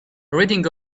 reading